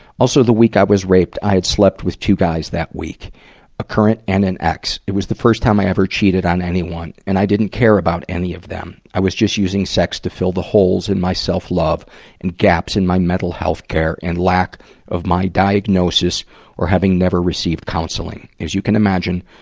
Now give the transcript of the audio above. also, the week i was raped, i had slept with two guys that week a current and an ex. it was the first time i ever cheated on anyone, and i didn't care about any of them. i was just using sex to fill the holes in my self-love and gaps in my mental health care and lack of my diagnosis or having never received counseling. as you can imagine,